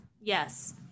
yes